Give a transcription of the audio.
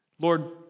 Lord